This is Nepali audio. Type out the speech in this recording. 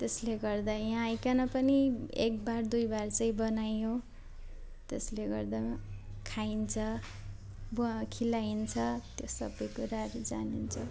त्यसले गर्दा यहाँ आईकन पनि एक बार दुई बार चाहिँ बनाइयो त्यसले गर्दा खाइन्छ वा खुवाइन्छ त्यो सब कुराहरू जानिन्छ